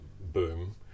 boom